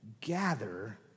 gather